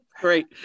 Great